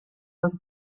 with